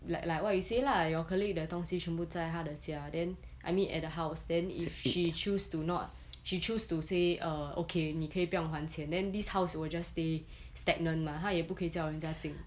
like like what you say lah your colleague 的东西全部在他的家 then I mean at her house then she chose to not she chose to say err okay 你可以不用还钱 then this house you will just stay stagnant mah 他也不可以叫人家进